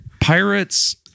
Pirates